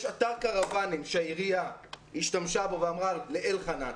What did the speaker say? יש אתר קרוואנים שהעירייה השתמשה בו ואמרה לאלחנן,